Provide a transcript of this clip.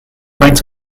faint